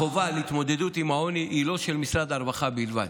החובה להתמודדות עם העוני היא לא של משרד הרווחה בלבד.